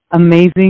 amazing